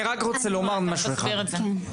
אני רק רוצה לומר משהו אחד,